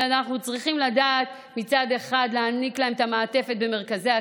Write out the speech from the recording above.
שבהן אנחנו צריכים לדעת מצד אחד להעניק להם את המעטפת במרכזי הקליטה,